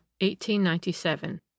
1897